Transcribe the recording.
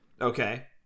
Okay